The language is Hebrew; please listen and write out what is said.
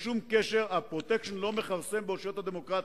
ה"פרוטקשן" לא מכרסם באושיות הדמוקרטיה,